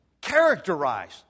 characterized